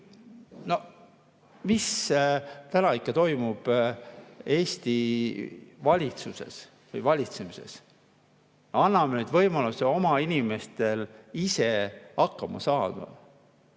Mis täna ikkagi toimub Eesti valitsuses või valitsemises? Anname nüüd võimaluse oma inimestele ise hakkama saada!